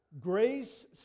grace